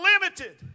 limited